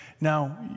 Now